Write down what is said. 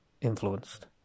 influenced